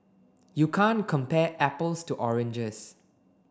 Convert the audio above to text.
you can't compare apples to oranges